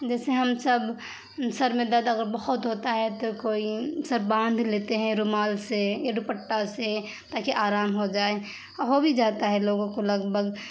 جیسے ہم سب سر میں درد اگر بہت ہوتا ہے تو کوئی سر باندھ لیتے ہیں رومال سے یا دوپٹہ سے تاکہ آرام ہو جائے او ہو بھی جاتا ہے لوگوں کو لگ بھگ